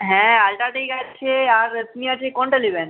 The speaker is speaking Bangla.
হ্যাঁ আল্ট্রাটেক আছে আর আছে কোনটা লেবেন